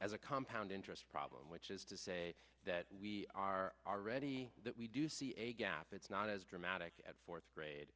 as a compound interest problem which is to say that we are already that we do see a gap it's not as dramatic at fourth grade